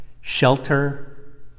shelter